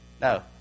No